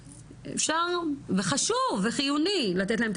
אפשר היום וחשוב וחיוני לתת להם את